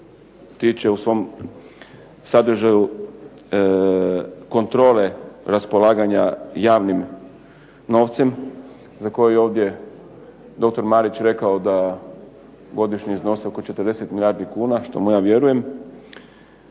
tiče u svom sadržaju kontrole raspolaganja javnim novcem za koji je ovdje doktor Marić rekao da godišnje iznosi oko 40 milijardi kuna, što mu ja vjerujem